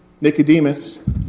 Nicodemus